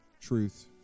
truth